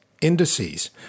indices